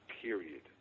period